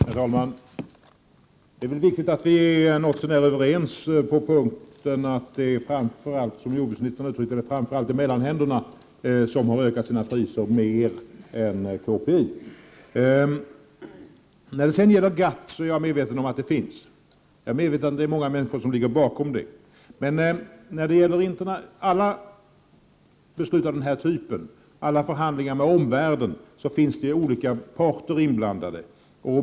Herr talman! Det är riktigt att vi något så när är ense om att det framför allt, som jordbruksministern uttryckte det, är mellanhänderna som har ökat sina priser. Jag är medveten om att GATT finns och att det är många människor som ligger bakom. När det gäller alla beslut av den här typen och alla förhandlingar med omvärlden finns olika parter inblandade.